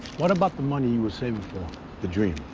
what about the money you were saving for the dream?